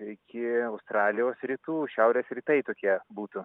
iki australijos rytų šiaurės rytai tokie būtų